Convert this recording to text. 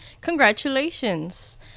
Congratulations